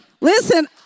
Listen